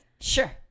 Sure